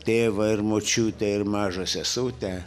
tėvą ir močiutę ir mažą sesutę